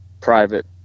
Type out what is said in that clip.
private